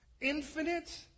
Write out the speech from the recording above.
Infinite